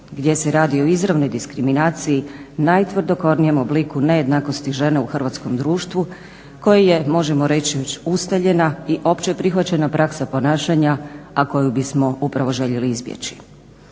gdje se radi o izravnoj diskriminaciji, najtvrdokornijem obliku nejednakosti žena u hrvatskom društvu koji je možemo reći već ustaljena i općeprihvaćena praksa ponašanja, a koju bismo upravo željeli izbjeći.